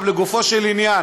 מה לעשות,